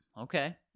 Okay